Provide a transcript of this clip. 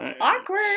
awkward